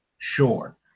Sure